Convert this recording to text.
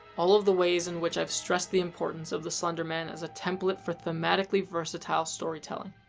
all of the ways in which i've stressed the important of the slender man as a template for thematically versatile storytelling.